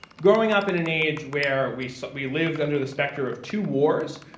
growing up in an age where we so we lived under the specter of two wars,